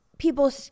people